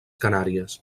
canàries